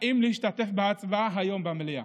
אם להשתתף בהצבעה היום במליאה.